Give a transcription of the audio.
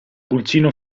pulcino